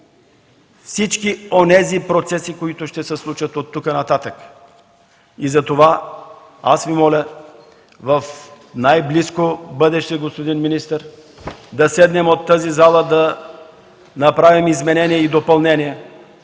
всички онези процеси, които ще се случват от тук нататък. И затова аз Ви моля в най-близко бъдеще, господин министър, да седнем от тази зала да направим изменения и допълнения